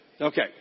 Okay